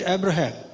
Abraham